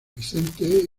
vicente